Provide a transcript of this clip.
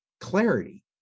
clarity